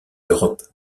europe